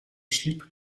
sliep